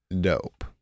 dope